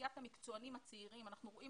אוכלוסיית המקצוענים הצעירים אנחנו רואים